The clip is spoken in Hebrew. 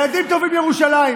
ילדים טובים ירושלים.